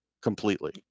completely